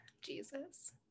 Jesus